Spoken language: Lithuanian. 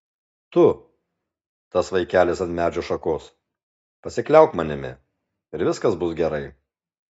tu tas vaikelis ant medžio šakos pasikliauk manimi ir viskas bus gerai